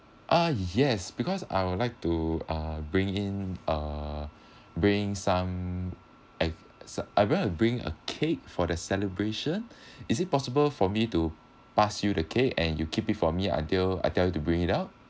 uh yes because I would like to uh bring in uh bring in some I s~ I gonna bring a cake for the celebration is it possible for me to pass you the cake and you keep it for me until I tell you to bring it out